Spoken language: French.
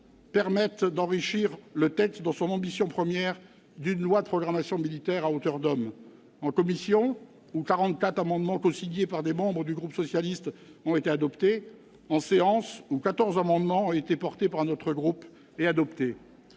permettent d'enrichir le texte dans son ambition première d'une loi de programmation militaire « à hauteur d'homme »: en commission, où 44 amendements cosignés par des membres du groupe socialiste ont été adoptés ; en séance, ensuite, où 14 amendements ont été portés par notre groupe et adoptés.